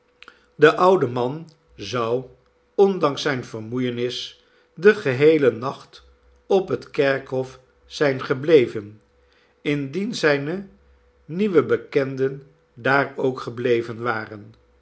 de oude man zou ondanks zijne vermoeienis den geheelen nacht op het kerkhof zijn gebleven indien zijne nieuwe bekenden daar ook gebleven waren